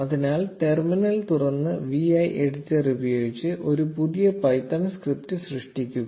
അതിനാൽ ടെർമിനൽ തുറന്ന് vi editor ഉപയോഗിച്ച് ഒരു പുതിയ പൈത്തൺ സ്ക്രിപ്റ്റ് സൃഷ്ടിക്കുക